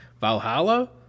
Valhalla